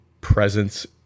presence